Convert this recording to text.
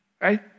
Right